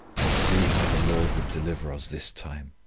and see how the lord would deliver us this time.